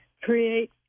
create